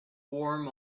warm